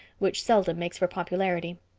which seldom makes for popularity.